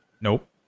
Nope